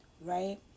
right